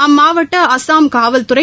அம்மாவட்ட அஸ்ஸாம் காவல்துறை